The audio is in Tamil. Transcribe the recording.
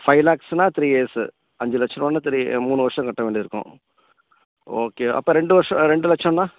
ஃபைவ் லாக்ஸ்ன்னா த்ரீ இயர்ஸு அஞ்சு லட்சரூபான்னா த்ரி மூணு வருஷம் கட்ட வேண்டியதிருக்கும் ஓகே அப்போ ரெண்டு வருஷம் ரெண்டு லட்சம்னா